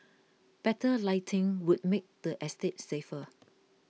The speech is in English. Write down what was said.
better lighting would make the estate safer